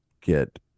get